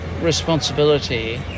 responsibility